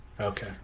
Okay